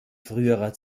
früherer